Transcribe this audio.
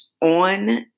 on